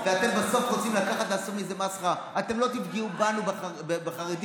כי רבני ערים יכלו לגייר עד 1994. אתה בעצמך לא רוצה